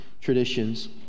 traditions